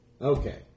Okay